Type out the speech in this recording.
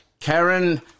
Karen